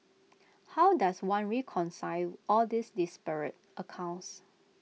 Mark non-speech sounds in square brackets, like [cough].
[noise] how does one reconcile all these disparate accounts